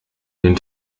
den